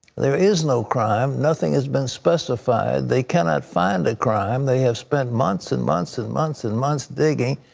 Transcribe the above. there is no crime. nothing has been specified. they cannot find a crime. they have spent months and months and months and months digging,